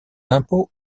impôts